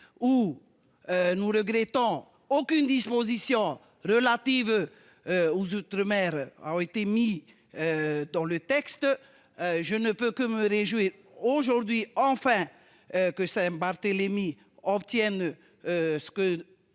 ou. Nous regrettons aucune disposition relative. Aux outre-mer a été mis. Dans le texte. Je ne peux que me réjouir aujourd'hui enfin. Que Saint-Barthélemy obtiennent. Ce que